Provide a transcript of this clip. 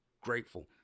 grateful